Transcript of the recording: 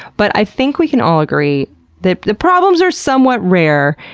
but i think we can all agree that the problems are somewhat rare,